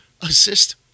assist